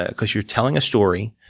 ah because you're telling a story,